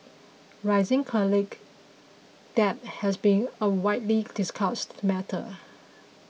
rising debt has been a widely discussed matter